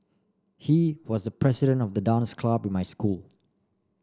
he was president of the dance club in my school